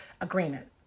Agreement